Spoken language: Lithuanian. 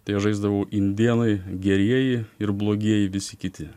tai aš žaisdavau indėnai gerieji ir blogieji visi kiti